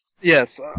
Yes